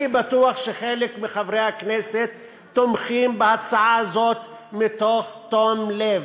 אני בטוח שחלק מחברי הכנסת תומכים בהצעת הזאת בתום לב.